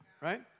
right